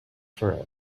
for